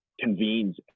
convenes